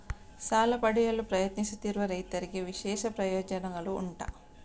ಸಾಲ ಪಡೆಯಲು ಪ್ರಯತ್ನಿಸುತ್ತಿರುವ ರೈತರಿಗೆ ವಿಶೇಷ ಪ್ರಯೋಜನೆಗಳು ಉಂಟಾ?